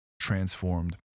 transformed